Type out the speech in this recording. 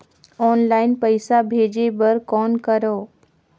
Online पईसा भेजे बर कौन करव?